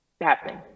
happening